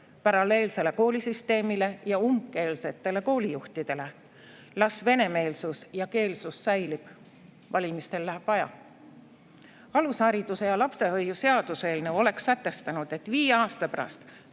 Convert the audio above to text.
paralleelsele koolisüsteemile ja umbkeelsetele koolijuhtidele! Las venemeelsus ja ‑keelsus säilib! Valimistel läheb vaja. Alushariduse ja lapsehoiu seaduse eelnõu oleks sätestanud, et viie aasta pärast,